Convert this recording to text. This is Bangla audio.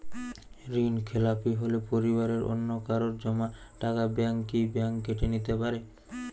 ঋণখেলাপি হলে পরিবারের অন্যকারো জমা টাকা ব্যাঙ্ক কি ব্যাঙ্ক কেটে নিতে পারে?